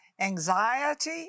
anxiety